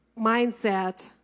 mindset